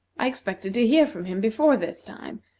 i expected to hear from him before this time,